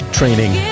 training